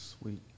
Sweet